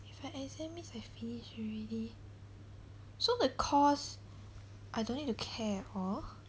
if I exempt means I finish already so the course I don't need to care at all